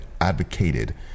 advocated